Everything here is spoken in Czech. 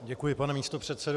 Děkuji, pane místopředsedo.